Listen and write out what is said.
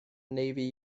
navy